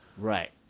Right